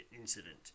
incident